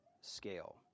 scale